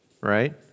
right